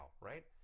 right